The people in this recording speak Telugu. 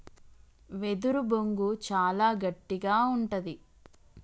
వెదురు బొంగు చాలా గట్టిగా ఉంటది